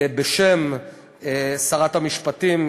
בשם שרת המשפטים,